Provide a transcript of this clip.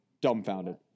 dumbfounded